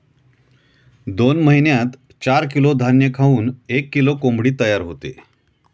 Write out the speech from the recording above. दोन महिन्यात चार किलो धान्य खाऊन एक किलो कोंबडी तयार होते